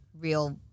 Real